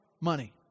money